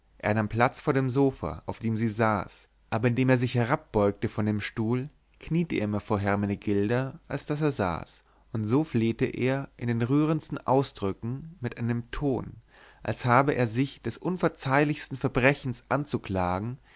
er nahm platz vor dem sofa auf dem sie saß aber indem er sich herabbeugte von dem stuhl kniete er mehr vor hermenegilda als daß er saß und so flehte er in den rührendsten ausdrücken mit einem ton als habe er sich des unverzeihlichsten verbrechens anzuklagen